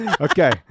Okay